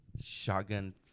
Shotgun